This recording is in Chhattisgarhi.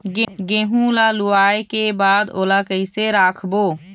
गेहूं ला लुवाऐ के बाद ओला कइसे राखबो?